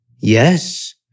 Yes